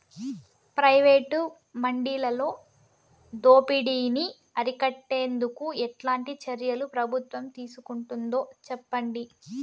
Private మండీలలో దోపిడీ ని అరికట్టేందుకు ఎట్లాంటి చర్యలు ప్రభుత్వం తీసుకుంటుందో చెప్పండి?